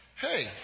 Hey